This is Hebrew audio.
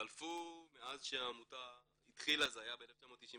חלפו מאז שהעמותה התחילה, זה היה ב-1999,